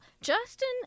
Justin